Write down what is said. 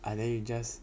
ah then you just